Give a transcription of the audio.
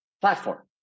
platform